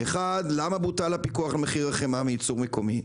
למה בוטל הפיקוח על מחיר החמאה מייצור מקומי?